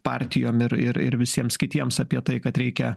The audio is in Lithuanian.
partijom ir ir ir visiems kitiems apie tai kad reikia